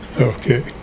Okay